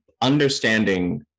Understanding